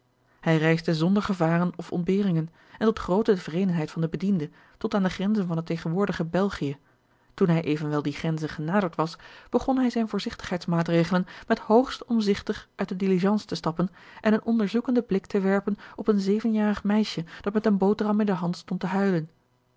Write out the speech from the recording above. hij reisde zonder gevaren of ontberingen en tot groote tevredenheid van den bediende tot aan de grenzen van het tegenwoordige belgië toen hij evenwel die grenzen genaderd was begon hij zijne voorzigtigheidsmaatregelen met hoogst omzigtig uit de diligence te stappen en een onderzoekenden blik te werpen op een zevenjarig meisje dat met een boterham in de hand stond te huilen